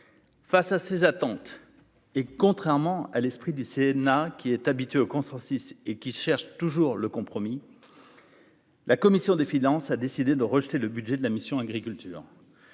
face à ces attentes, et contrairement à l'esprit du Sénat qui est habitué au consensus et qui cherche toujours le compromis. La commission des finances, a décidé de rejeter le budget de la mission Agriculture